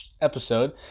episode